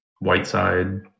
Whiteside